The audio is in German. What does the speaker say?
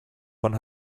von